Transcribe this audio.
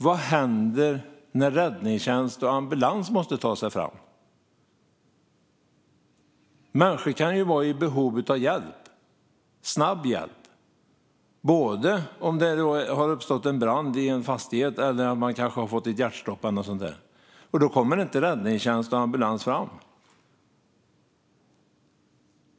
Vad händer när räddningstjänst och ambulans måste ta sig fram? Människor kan vara i behov av snabb hjälp. Det kan gälla både om det har uppstått en brand i en fastighet eller om man kanske har fått ett hjärtstopp eller någonting sådant. Då kommer inte räddningstjänst och ambulans fram.